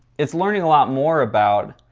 it's learning a lot more about,